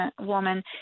woman